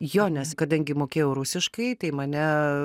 jo nes kadangi mokėjau rusiškai tai mane